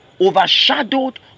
overshadowed